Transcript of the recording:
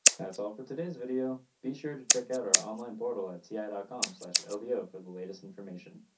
that's all for today's video. be sure to check out our online portal at ti ah dot com slash ah ldo for the latest information.